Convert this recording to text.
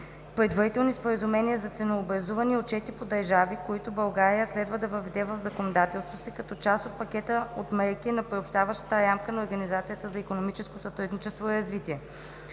предварителни споразумения за ценообразуване и отчети по държави, които България следва да въведе в законодателството си като част от пакета от мерки на Приобщаващата рамка на Организацията за икономическо сътрудничество и развитие.